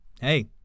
hey